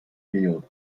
field